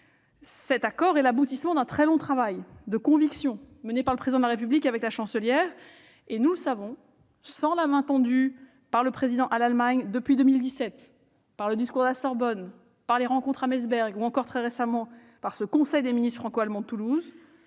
Cet accord est l'aboutissement d'un très long travail de conviction mené par le Président de la République avec la Chancelière. Sans la main tendue par le Président à l'Allemagne depuis 2017, que ce soit au travers du discours de la Sorbonne, des rencontres à Meseberg, ou encore très récemment lors du conseil des ministres franco-allemand de Toulouse,